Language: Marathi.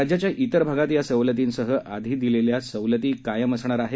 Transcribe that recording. राज्याच्या इतर भागात या सवलतींसह याआधी दिलेल्या सवलती कायम असणार आहेत